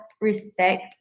respect